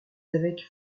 avec